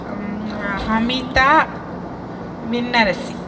Hamida விண்ணரசி